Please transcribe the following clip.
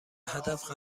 هدف